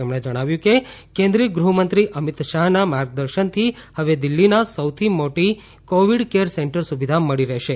તેમણે જણાવ્યું કે કેન્દ્રિય ગૃહમંત્રી અમિત શાહના માર્ગદર્શનથી હવે દિલ્હીના સૌથી મોટી કોવિડ કેર સેન્ટર સુવિધા મળી રહી છે